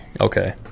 Okay